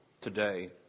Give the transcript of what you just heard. today